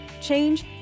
change